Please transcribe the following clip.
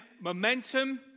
momentum